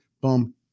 Boom